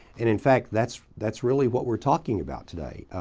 and in fact, that's that's really what we're talking about today.